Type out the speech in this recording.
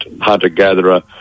hunter-gatherer